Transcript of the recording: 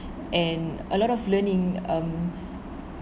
and a lot of learning um